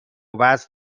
وصل